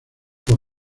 por